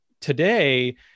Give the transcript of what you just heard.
today